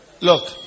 Look